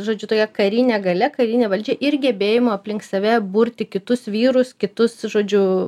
žodžiu tokia karinė galia karinė valdžia ir gebėjimo aplink save burti kitus vyrus kitus žodžiu